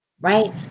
Right